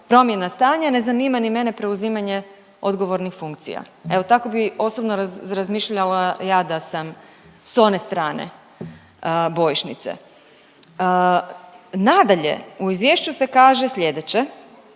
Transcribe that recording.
promjena stanja, ne zanima ni mene preuzimanje odgovornih funkcija. Evo tako bi osobno razmišljala ja da sam s one strane bojišnice. Nadalje, u izvješću se kaže slijedeće,